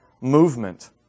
movement